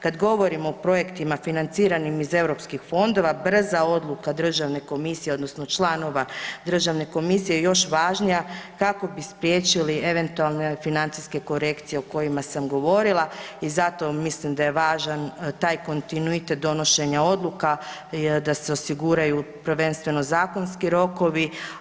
Kada govorimo o projektima financiranim iz europskih fondova, brza odluka državne komisije odnosno članova državne komisije je još važnija kako bi spriječili eventualne financijske korekcije o kojima sam govorila i zato mislim da je važan taj kontinuitet donošenja odluka da se osiguraju prvenstveno zakonski rokovi.